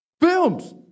Films